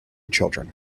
children